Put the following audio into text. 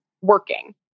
working